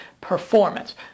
performance